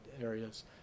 areas